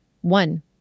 One